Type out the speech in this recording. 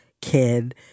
kid